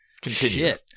Continue